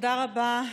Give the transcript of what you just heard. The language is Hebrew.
תודה רבה.